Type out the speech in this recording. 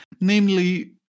namely